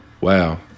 Wow